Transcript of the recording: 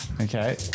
Okay